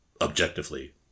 objectively